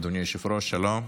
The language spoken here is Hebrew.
אדוני היושב-ראש, שלום.